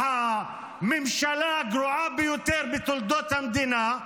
הממשלה הגרועה ביותר בתולדות המדינה,